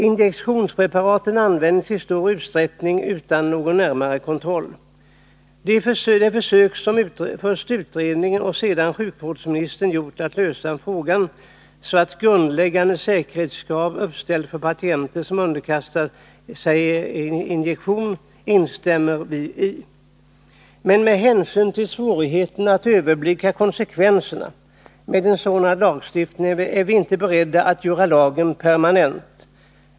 Injektionspreparat används i stor utsträckning utan någon närmare kontroll. De försök som först utredningen och senare sjukvårdsministern har gjort att lösa frågan, så att grundläggande säkerhetskrav uppställs för patienter som underkastar sig injektion, instämmer vi i. Men med hänsyn till svårigheterna att överblicka konsekvenserna av en sådan lagstiftning är vi inte beredda att göra lagen permanent.